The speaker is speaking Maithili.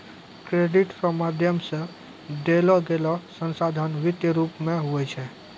क्रेडिट रो माध्यम से देलोगेलो संसाधन वित्तीय रूप मे हुवै छै